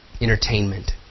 entertainment